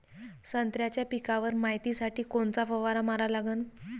संत्र्याच्या पिकावर मायतीसाठी कोनचा फवारा मारा लागन?